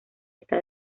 está